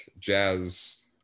jazz